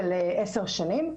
של עשר שנים.